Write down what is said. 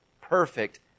perfect